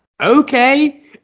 Okay